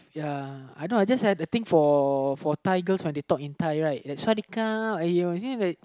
ya I know I just have a thing for for Thai girls when they talk in Thai right like sawadeekap you see like